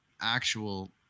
actual